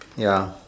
ya